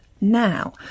now